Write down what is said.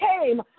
came